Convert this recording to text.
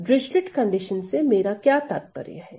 तो डिरचलेट प्रतिबंध से मेरा क्या तात्पर्य है